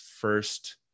first